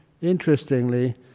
interestingly